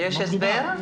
יש הסבר?